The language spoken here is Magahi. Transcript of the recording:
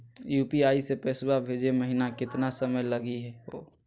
यू.पी.आई स पैसवा भेजै महिना केतना समय लगही हो?